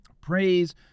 Praise